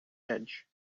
edge